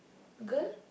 girl